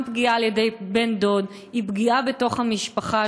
פגיעה על-ידי בן-דוד היא פגיעה בתוך המשפחה,